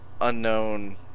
unknown